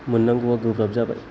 मोननांगौआ गोब्राब जाबाय